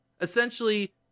essentially